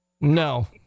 No